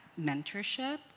mentorship